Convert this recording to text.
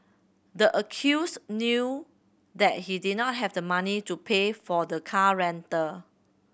the accused knew that he did not have the money to pay for the car rental